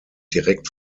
direkt